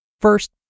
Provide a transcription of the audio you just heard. first